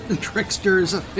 tricksters